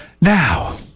now